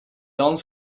dan